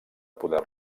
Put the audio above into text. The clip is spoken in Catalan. poder